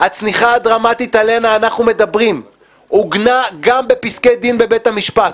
הצניחה הדרמטית עליה אנחנו מדברים עוגנה גם בפסקי דין בבית המשפט,